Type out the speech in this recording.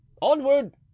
Onward